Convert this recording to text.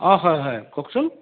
অঁ হয় হয় কওকচোন